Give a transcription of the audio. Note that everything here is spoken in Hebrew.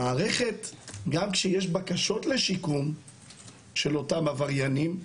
המערכת גם כשיש בקשות לשיקום של אותם עברייניים,